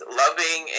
loving